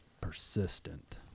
Persistent